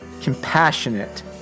compassionate